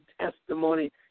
testimony